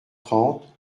trente